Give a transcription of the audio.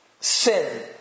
sin